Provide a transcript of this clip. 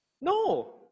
No